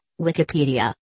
Wikipedia